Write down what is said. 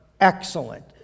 excellent